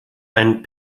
ein